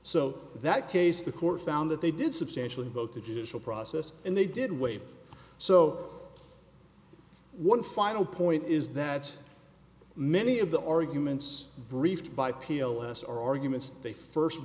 so that case the court found that they did substantially both the judicial process and they did wait so one final point is that many of the arguments briefed by p o s are arguments they first